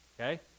okay